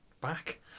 Back